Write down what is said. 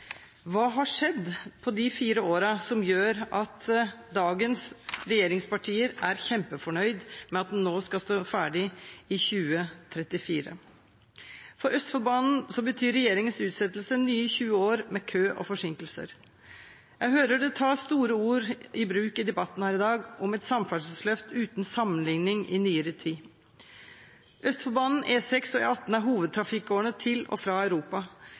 Hva har skjedd på de fire årene som gjør at dagens regjeringspartier er kjempefornøyd med at den nå skal stå ferdig i 2034? For Østfoldbanen betyr regjeringens utsettelse nye 20 år med kø og forsinkelser. Jeg hører at det tas store ord i bruk i debatten her i dag, om et samferdselsløft uten sammenligning i nyere tid. Østfoldbanen, E6 og E18 er hovedtrafikkårene til og fra Europa.